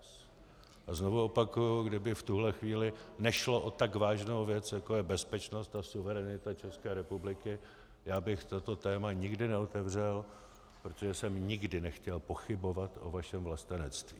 A znovu opakuji, kdyby v tuto chvíli nešlo o tak vážnou věc, jako je bezpečnost a suverenita České republiky, já bych toto téma nikdy neotevřel, protože jsem nikdy nechtěl pochybovat o vašem vlastenectví.